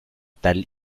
tal